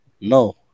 No